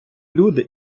люди